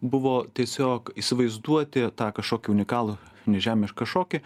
buvo tiesiog įsivaizduoti tą kažkokį unikalų nežemišką šokį